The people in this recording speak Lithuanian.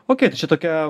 o kiek čia tokia